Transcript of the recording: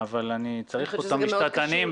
אבל אני צריך כאן את המשפטנים.